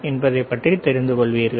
என்பதைப் பற்றி தெரிந்து கொள்வீர்கள்